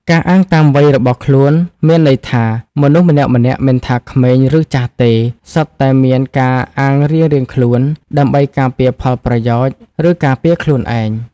ការអាងតាមវ័យរបស់ខ្លួន មានន័យថា មនុស្សម្នាក់ៗមិនថាក្មេង ឬចាស់ទេ សុទ្ធតែមានការអាងរៀងៗខ្លួន ដើម្បីការពារផលប្រយោជន៍ ឬការពារខ្លួនឯង ។